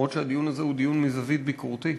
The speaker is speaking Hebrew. למרות שהדיון הזה הוא דיון מזווית ביקורתית.